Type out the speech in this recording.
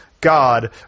God